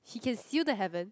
he-can-seal-the heaven